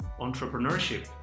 entrepreneurship